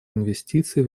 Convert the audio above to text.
инвестиций